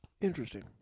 Interesting